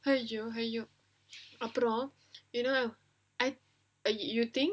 !aiyo! !aiyo! அப்புறம்:appuram you know I uh you think